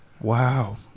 Wow